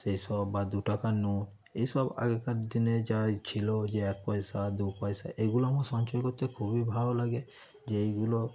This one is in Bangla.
সেই সব বা দু টাকার নোট এইসব আগেকার দিনে যা ছিল যে এক পয়সা দু পয়সা এগুলো আমার সঞ্চয় করতে খুবই ভালো লাগে যে এইগুলো